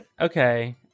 Okay